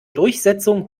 durchsetzung